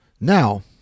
now